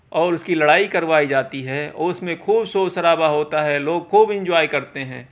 اور اس کی لڑائی کروائی جاتی ہے اور اس میں خوب شور شرابا ہوتا ہے لوگ خوب انجوائے کرتے ہیں